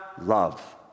love